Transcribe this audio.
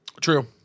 True